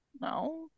No